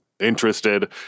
interested